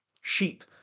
Sheep